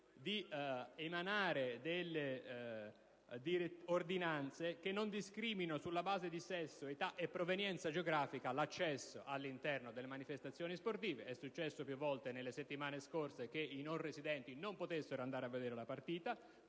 l'emanazione di ordinanze che non discriminino sulla base, di sesso, età e provenienza geografica, l'accesso alle manifestazioni sportive. È successo più volte, nelle settimane scorse, che i non residenti non potessero andare a vedere la partita,